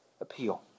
appeal